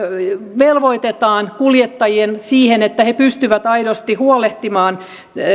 velvoitetaan kuljettajia siihen että he pystyvät aidosti huolehtimaan